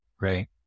Right